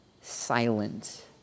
silent